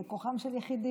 זה כוחם של יחידים.